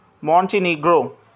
Montenegro